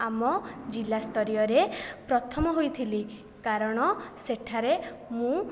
ଆମ ଜିଲ୍ଲା ସ୍ତରୀୟରେ ପ୍ରଥମ ହୋଇଥିଲି କାରଣ ସେଠାରେ ମୁଁ